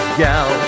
gal